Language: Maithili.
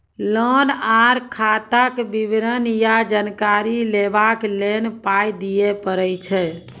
लोन आर खाताक विवरण या जानकारी लेबाक लेल पाय दिये पड़ै छै?